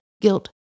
guilt